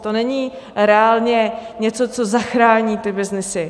To není reálně něco, co zachrání ty byznysy.